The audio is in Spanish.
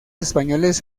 españoles